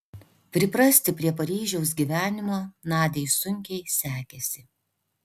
priprasti prie paryžiaus gyvenimo nadiai sunkiai sekėsi